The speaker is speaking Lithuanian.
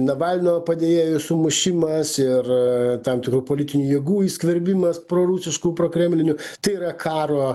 navalno padėjėjų sumušimas ir tam tikrų politinių jėgų įsiskverbimas prorusiškų prokremlinių tai yra karo